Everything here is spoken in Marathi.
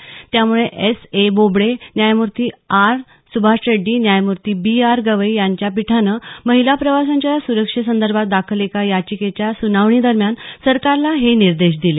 न्यायमूर्ती एस ए बोबडे न्यायमूर्ती आर सुभाष रेड्डी आणि न्यायमूर्ती बी आर गवई यांच्या पीठानं महिला प्रवाशांच्या सुरक्षेसंदर्भात दाखल एका याचिकेच्या सुनावणीदरम्यान सरकारला हे निर्देश दिले